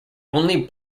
only